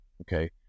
Okay